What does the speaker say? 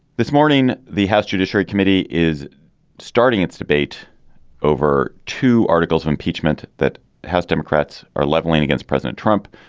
this morning. the house judiciary committee is starting its debate over two articles of impeachment that house democrats are leveling against president trump,